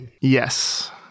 Yes